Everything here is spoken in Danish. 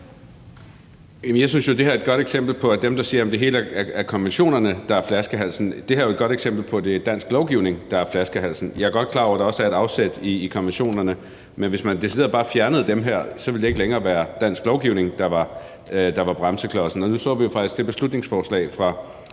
der er dem, der synes, at det her er et godt eksempel på, at det helt er konventionerne, der er flaskehalsen. Jeg synes jo, at det her er et godt eksempel på, at det er dansk lovgivning, der er flaskehalsen. Jeg er godt klar over, at der også er et afsæt i konventionerne, men hvis man decideret bare fjernede dem, ville det ikke længere være dansk lovgivning, der var bremseklodsen. Og nu så vi jo faktisk med det beslutningsforslag fra